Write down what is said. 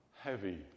heavy